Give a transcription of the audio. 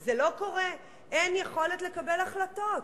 זה לא קורה, אין יכולת לקבל החלטות.